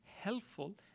helpful